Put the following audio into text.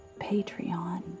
Patreon